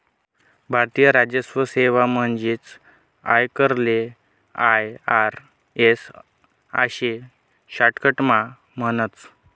भारतीय राजस्व सेवा म्हणजेच आयकरले आय.आर.एस आशे शाटकटमा म्हणतस